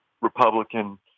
Republican